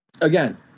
again